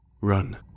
Run